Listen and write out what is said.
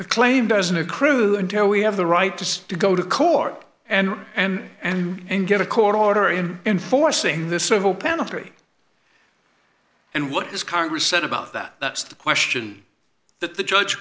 the claim doesn't accrue until we have the right to see to go to court and and and and get a court order in enforcing the civil penalty and what this congress said about that that's the question that the judge